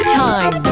time